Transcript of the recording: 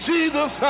Jesus